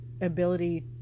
ability